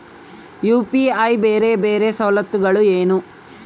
UPI ಬೇರೆ ಬೇರೆ ಸವಲತ್ತುಗಳೇನು?